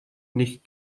nicht